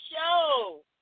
show